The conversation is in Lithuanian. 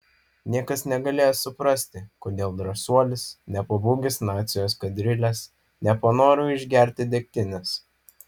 niekas negalėjo suprasti kodėl drąsuolis nepabūgęs nacių eskadrilės nepanoro išgerti degtinės